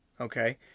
okay